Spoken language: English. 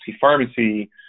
pharmacy